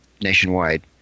nationwide